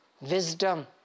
wisdom